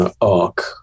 arc